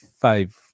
five